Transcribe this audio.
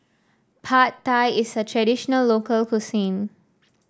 Pad Thai is a traditional local cuisine